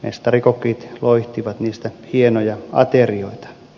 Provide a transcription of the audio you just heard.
mestarikokit loihtivat siitä hienoja aterioita